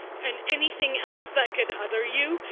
and anything else that could other you.